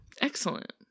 Excellent